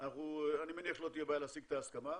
אני מניח שלא תהיה בעיה להשיג את ההסכמה.